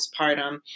postpartum